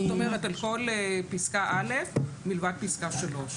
זאת אומרת, כל פסקה (א) מלבד פסקה (3).